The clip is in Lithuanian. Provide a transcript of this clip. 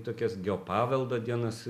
tokias geo paveldo dienas